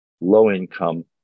low-income